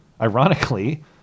ironically